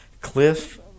Cliff